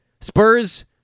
Spurs